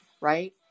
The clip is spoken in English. Right